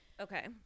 okay